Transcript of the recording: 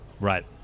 Right